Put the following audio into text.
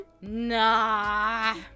Nah